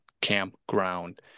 Campground